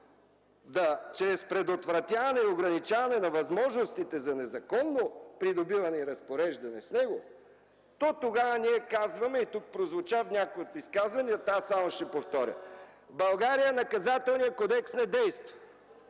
чрез предотвратяване и ограничаване на възможностите за незаконно придобиване и разпореждане с него, то тогава ние казваме (тук прозвуча в някои от изказванията, аз само ще повторя), че в България Наказателният кодекс не действа,